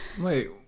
Wait